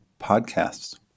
podcasts